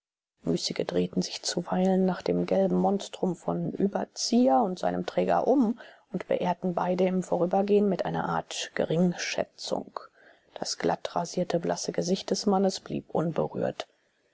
müßige drehten sich zuweilen nach dem gelben monstrum von überzieher und seinem träger um und beehrten beide im vorübergehen mit einer art geringschätzung das glattrasierte blasse gesicht des mannes blieb unberührt